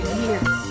years